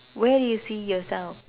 where you see yourself